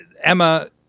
Emma